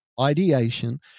ideation